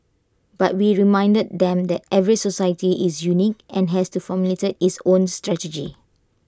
but we reminded them that every society is unique and has to formulate its own strategy